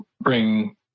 bring